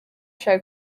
show